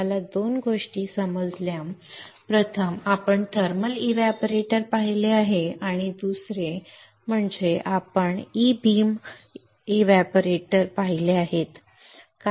आम्हाला 2 गोष्टी समजल्या प्रथम आपण थर्मल एव्हपोरेटर पाहिले आहे आणि दुसरे म्हणजे आपण ई बीम पाहिले आहे